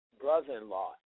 brother-in-law